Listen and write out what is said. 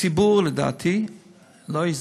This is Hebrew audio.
הציבור לדעתי לא יסבול,